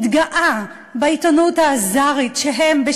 מתגאה בעיתונות האזרית שהם,